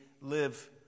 live